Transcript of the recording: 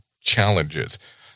challenges